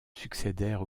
succédèrent